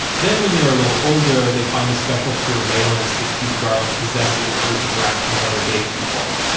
then when they're a little older, they find the special queer valence that judy garland possesses through interaction with other gay people.